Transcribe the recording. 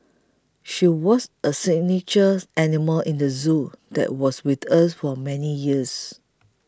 she was a signature animal in the zoo that was with us for many years